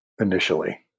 initially